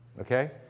Okay